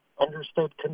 understood